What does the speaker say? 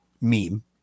meme